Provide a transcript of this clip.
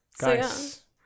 Guys